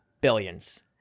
Billions